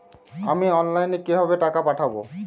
আমি অনলাইনে কিভাবে টাকা পাঠাব?